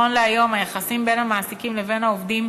נכון להיום היחסים בין המעסיקים לבין העובדים